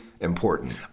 important